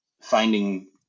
finding